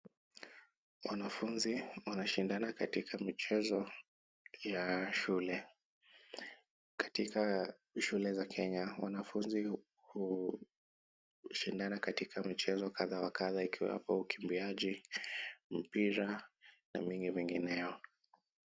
Wanafunzi wanashindana katika michezo ya shule. Katika shule za Kenya wanafunzi hushindana katika michezo kadha wa kadha ikiwemo ukimbiaji, mpira na mengi mengineo.